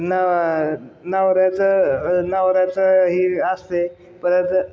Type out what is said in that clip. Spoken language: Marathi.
न नवऱ्याचं नवऱ्याचं हे असते परत